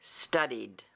studied